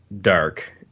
dark